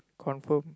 confirm